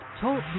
Talk